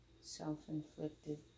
self-inflicted